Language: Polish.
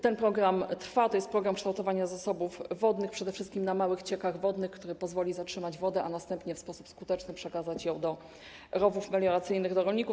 Ten program trwa, to jest program kształtowania zasobów wodnych, przede wszystkim na małych ciekach wodnych, który pozwoli zatrzymać wodę, a następnie w sposób skuteczny przekazywać ją do rowów melioracyjnych, do rolników.